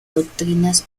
doctrinas